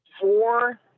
four